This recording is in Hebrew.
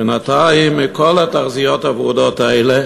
בינתיים, מכל התחזיות הוורודות האלה